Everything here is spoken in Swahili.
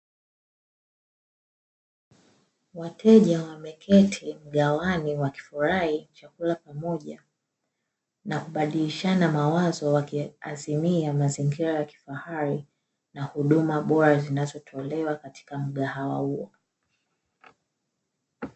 Wateja wameketi mgahawani wakifurahi chakula pamoja na kubadilishana mawazo, wakiazimia mazingira ya kifahali na huduma bora zinazotolewa katika mgahawa huo.